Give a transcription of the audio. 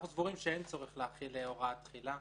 אנחנו סבורים שאין צורך להחיל הוראת תחילה.